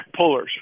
pullers